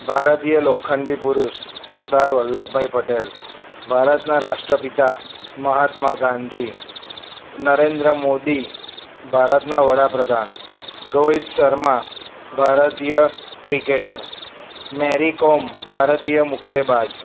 ભારતીય લોખંડી પુરુષ સરદાર વલ્લભભાઈ પટેલ ભારતના રાષ્ટ્ર પિતા મહાત્મા ગાંધી નરેન્દ્ર મોદી ભારતના વડાપ્રધાન રોહિત શર્મા ભારતીય ક્રિકેટર મેરિકોમ ભારતીય મુક્કેબાજ